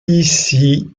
ici